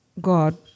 God